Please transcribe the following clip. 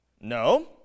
No